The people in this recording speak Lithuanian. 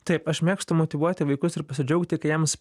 taip aš mėgstu motyvuoti vaikus ir pasidžiaugti kai jiems